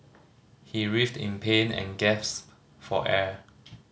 he writhed in pain and gasped for air